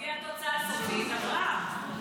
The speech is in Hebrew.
לפי התוצאה הסופית, אברהם.